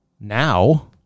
Now